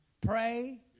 pray